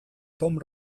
tomb